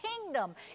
kingdom